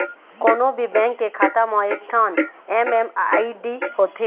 कोनो भी बेंक के खाता म एकठन एम.एम.आई.डी होथे